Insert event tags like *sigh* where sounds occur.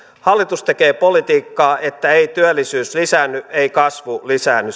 hallitus tekee politiikkaa että ei työllisyys lisäänny ei kasvu lisäänny *unintelligible*